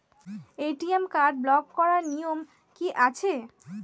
ATM card block করার নিয়ম কি আছে?